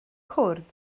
cwrdd